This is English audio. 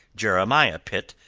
jeremiah pitt,